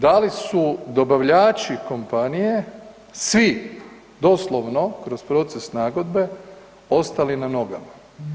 Da li su dobavljači kompanije, svi doslovno kroz proces nagodbe ostali na nogama?